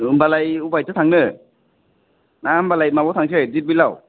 होमबालाय अबेहायथो थांनो ना होमबालाय माबायाव थांसै दिपबिल आव